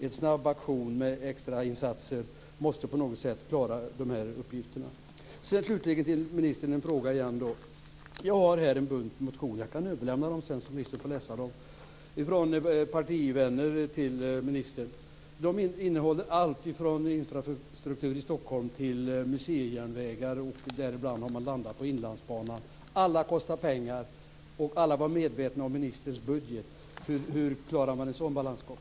En snabb aktion med extrainsatser måste på något sätt klara dessa uppgifter. Slutligen har jag en fråga till ministern. Jag har här en bunt motioner - jag kan överlämna dem sedan så att ministern får läsa dem - från partivänner till ministern. De gäller allt från infrastrukturen i Stockholm till museijärnvägar. Däremellan har man landat på Inlandsbanan. Alla förslagen kostar pengar. Alla var medvetna om ministerns budget. Hur klarar man en sådan balansgång?